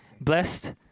blessed